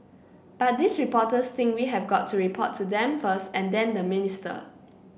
but these reporters think we have got to report to them first and then the minister